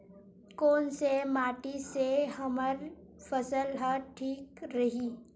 कोन से माटी से हमर फसल ह ठीक रही?